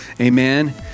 Amen